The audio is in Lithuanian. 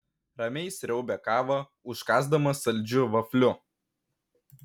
ramiai sriaubė kavą užkąsdamas saldžiu vafliu